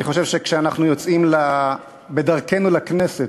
אני חושב שכשאנחנו יוצאים בדרכנו לכנסת